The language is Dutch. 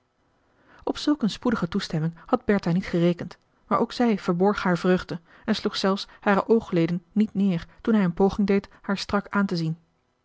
op zulk een spoedige toestemming had bertha niet gerekend maar ook zij verborg haar vreugde en sloeg zelfs hare oogleden niet neer toen hij een poging deed haar strak aantezien a